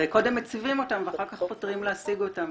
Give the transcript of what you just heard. קודם מציבים אותם ואחר כך פותרים להשיג אותם,